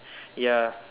ya